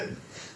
mm